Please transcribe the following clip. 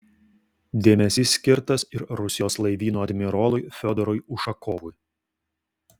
dėmesys skirtas ir rusijos laivyno admirolui fiodorui ušakovui